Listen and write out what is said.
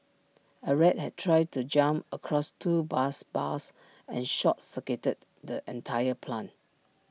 A rat had tried to jump across two bus bars and short circuited the entire plant